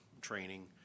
training